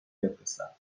بفرستم